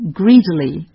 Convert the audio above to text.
greedily